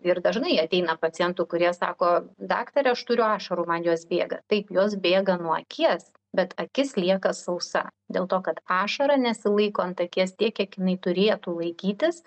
ir dažnai ateina pacientų kurie sako daktare aš turiu ašarų man jos bėga taip jos bėga nuo akies bet akis lieka sausa dėl to kad ašara nesilaiko ant akies tiek kiek jinai turėtų laikytis